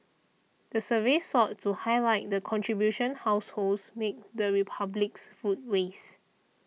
the survey sought to highlight the contribution households make to the Republic's food waste